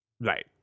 Right